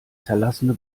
zerlassene